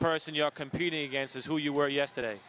person you're competing against is who you were yesterday